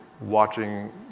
watching